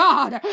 God